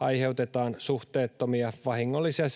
aiheutetaan suhteettomia vahingollisia